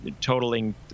totaling